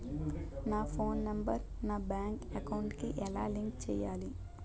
నా phone number నా bank account కి ఎలా లింక్ చేయాలి?